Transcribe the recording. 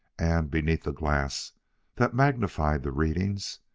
and, beneath a glass that magnified the readings,